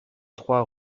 trois